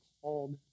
called